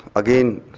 again,